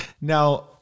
Now